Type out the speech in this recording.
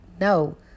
No